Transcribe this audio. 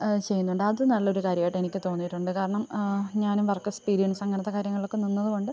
ചെയ്യുന്നുണ്ട് അത് നല്ലൊരു കാര്യമായിട്ട് എനിക്ക് തോന്നിയിട്ടുണ്ട് കാരണം ഞാനും വർക്ക് എക്സ്പീരിയൻസ് അങ്ങനത്തെ കാര്യങ്ങളിലൊക്കെ നിന്നതുകൊണ്ട്